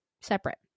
separate